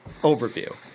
overview